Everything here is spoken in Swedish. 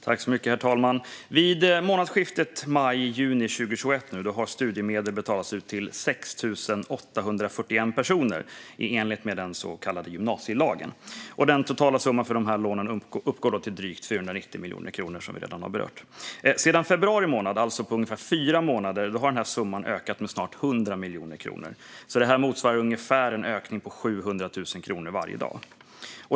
Herr talman! Vid månadsskiftet maj/juni 2021 har studiemedel betalats ut till 6 841 personer i enlighet med den så kallade gymnasielagen. Den totala summan för de här lånen uppgår till drygt 490 miljoner kronor, som vi redan har berört. Sedan februari månad, alltså på ungefär fyra månader, har summan ökat med snart 100 miljoner kronor, vilket motsvarar ungefär 700 000 kronor varje dag.